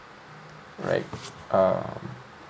right um